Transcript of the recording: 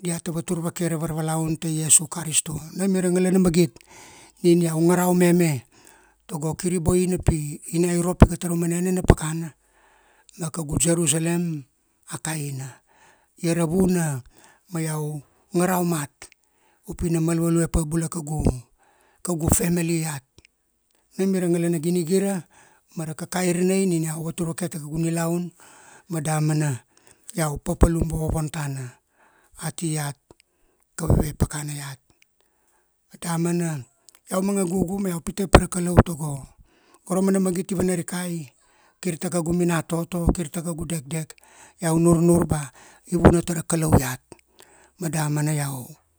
diata vatur vake ra varvalaun tai Iesu Karisto. Nam ia ra ngalana magit, nin iau ngarau meme, tago kiri boina pi na irop ika tara mana enena pakana, ma kagu Jerusalem, a kaina. Ia ra vuna, ma iau, ngarau mat, upi na mal value pa bula kagu, kaugu family iat. Nam ia ra ngalana ginigira, mara kakairanai nina iau vatur vake ta kaugu nilau, ma damana, iau papalum vovovon tana, ati iat, kaveve pakana iat. Ma damana, iau manga gugu ma iau pite pa ra Kalau tago, gora mana magit dia vanarikai, kir ta kaugu minatoto, kirta kaugu dekdek, iau nurnur ba i vuna tara Kalau iet. Ma damana, iau,